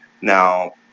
Now